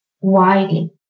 widely